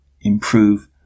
improve